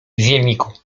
zielniku